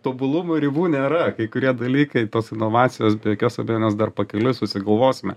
tobulumui ribų nėra kai kurie dalykai tos inovacijos be jokios abejonės dar pakeliui susigalvosime